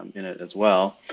in it as well.